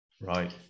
Right